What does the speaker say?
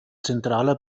zentraler